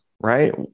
right